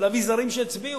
ולהביא זרים שיצביעו.